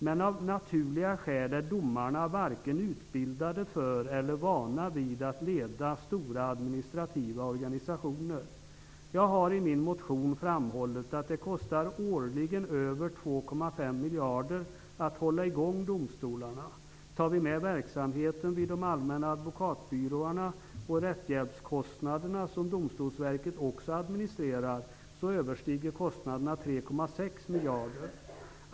Men av naturliga skäl är domarna varken utbildade för eller vana vid att leda stora administrativa organisationer. Jag har i min motion framhållit att det årligen kostar över 2,5 miljarder att hålla i gång domstolarna. Om vi tar med verksamheten vid de allmänna advokatbyråerna och rättshjälpskostnaderna, som Domstolsverket också administrerar, överstiger kostnaderna 3,6 miljarder.